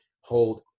hold